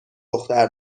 دختر